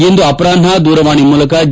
ಇಂದು ಅಪರಾಹ್ನ ದೂರವಾಣಿ ಮೂಲಕ ಡಿ